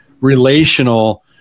relational